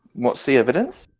will see evidence